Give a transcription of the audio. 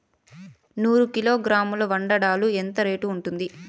నూరు కిలోగ్రాముల వంగడాలు ఎంత రేటు ఉంటుంది?